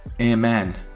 Amen